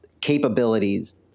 capabilities –